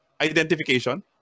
identification